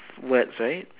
words right